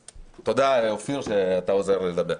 תודה, אופיר, שאתה עוזר לי לדבר.